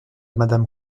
madame